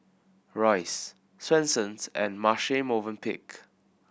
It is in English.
Royce Swensens and Marche Movenpick